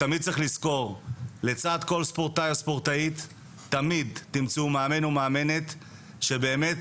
תמיד צריך לזכור שלצד כל ספורטאי או ספורטאית תמצאו מאמן או מאמנת שבאמת